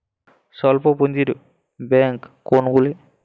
স্বল্প পুজিঁর ব্যাঙ্ক কোনগুলি?